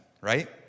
right